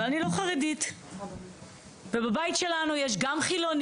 אבל אני כן חרדית ובבית שלנו יש גם חילוניים